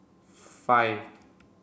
five